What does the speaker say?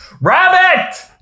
Rabbit